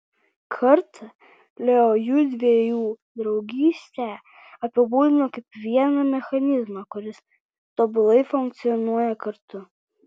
kartą leo jųdviejų draugystę apibūdino kaip vieną mechanizmą kuris tobulai funkcionuoja kartu